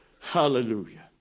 Hallelujah